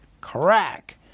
Crack